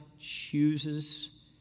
chooses